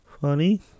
Funny